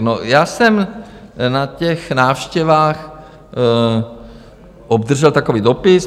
No, já jsem na těch návštěvách obdržel takový dopis.